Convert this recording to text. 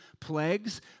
plagues